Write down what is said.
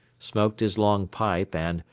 smoked his long pipe and,